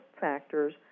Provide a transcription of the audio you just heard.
factors